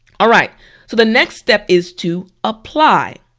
alright so the next step is to apply.